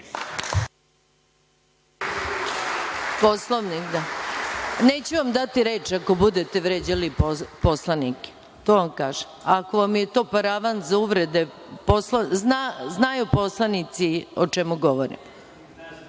Poslovnik. Neću vam dati reč ako budete vređali poslanike to vam kažem. Ako vam je to paravan za uvrede. Znaju poslanici o čemu govorim.(Nemanja